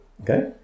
Okay